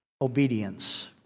obedience